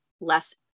less